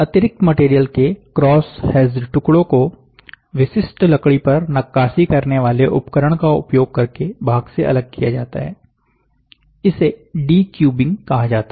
अतिरिक्त मटेरियल के cross hatched टुकड़ों को विशिष्ट लकड़ी पर नक्काशी करने वाले उपकरण का उपयोग करके भाग से अलग किया जाता है इसे डीक्यूबिंग कहा जाता है